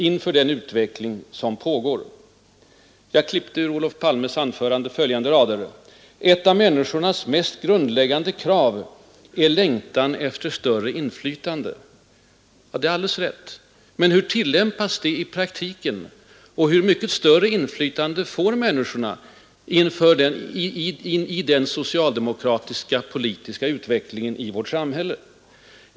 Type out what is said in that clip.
Jag vill ur Olof Palmes anförande citera följande rader: ”Ett av människors mest grundläggande krav är längtan efter större inflytande.” Ja, det är alldeles rätt. Men hur tillgodoses detta krav i praktiken? Hur mycket inflytande får människorna i den socialdemokratiska politiska utvecklingen i vårt samhälle?